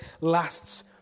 lasts